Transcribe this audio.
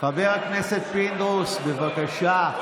חבר הכנסת פינדרוס, בבקשה.